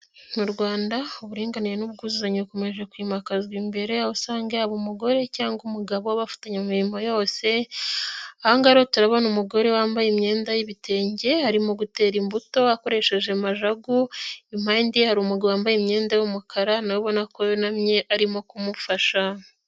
Mu Rwanda uburinganire n'ubwuzuzanye bukomeje kwimakazwa imbere aho usanga yaba umugore cyangwa umugabo bafatanya mu mirimo yose, aha ngaha turabona umugore wambaye imyenda y'ibitenge arimo gutera imbuto akoresheje majagu, impande ye hari umugabo wambaye imyenda y'umukara na we ubona ko yunamye arimo kumufasha.